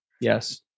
Yes